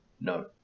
no